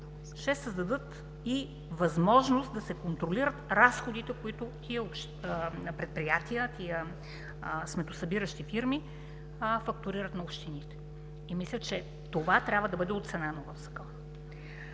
ще създадат и възможност да се контролират разходите, които тези предприятия, тези сметосъбиращи фирми фактурират на общините. Мисля, че това трябва да бъде оценено в Закона.